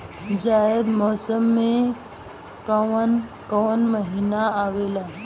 जायद मौसम में काउन काउन महीना आवेला?